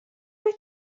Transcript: mae